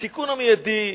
הסיכון המיידי,